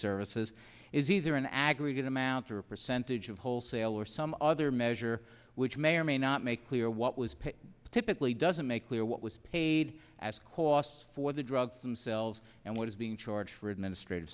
services is either an aggregate amount or a percentage of wholesale or some other measure which may or may not make clear what was paid typically doesn't make clear what was paid as costs for the drugs themselves and what is being charged for administrative